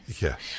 Yes